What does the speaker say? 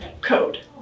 code